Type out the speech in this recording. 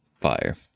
Fire